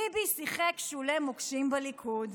ביבי שיחק "שולה המוקשים" בליכוד.